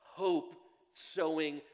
hope-sowing